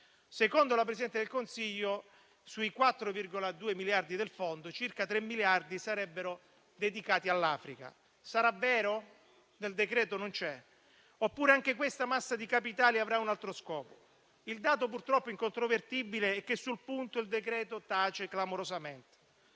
Secondo la Presidente del Consiglio, dei 4,2 miliardi del Fondo, circa tre sarebbero dedicati all'Africa. Sarà vero? Nel decreto-legge ciò non c'è. Oppure anche questa massa di capitali avrà un altro scopo? Il dato, purtroppo incontrovertibile, è che sul punto il decreto tace clamorosamente.